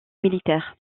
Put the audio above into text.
militaire